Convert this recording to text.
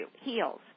heals